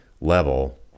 level